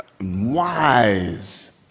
wise